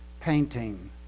painting